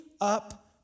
up